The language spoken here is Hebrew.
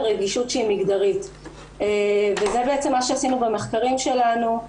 רגישות שהיא מגדרית וזה בעצם מה שעשינו במחקרים שלנו.